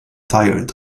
tired